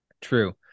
True